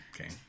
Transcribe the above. Okay